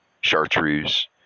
chartreuse